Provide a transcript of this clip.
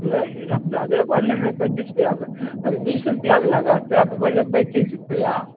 नहीं आप ज़्यादा बोल रहें पैंतीस रुपया में हम बीस रूपया में लगाते हैं आप बोल रहें पैंतीस रुपया